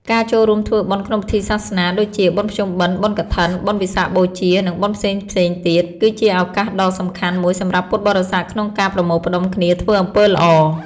ការចូលរួមធ្វើបុណ្យក្នុងពិធីសាសនា ដូចជា បុណ្យភ្ជុំបិណ្ឌ បុណ្យកឋិន បុណ្យវិសាខបូជា និងបុណ្យផ្សេងៗទៀត គឺជាឱកាសដ៏សំខាន់មួយសម្រាប់ពុទ្ធបរិស័ទក្នុងការប្រមូលផ្ដុំគ្នាធ្វើអំពើល្អ។